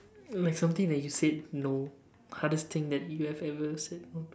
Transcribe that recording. like something that you said no hardest thing that you have ever said no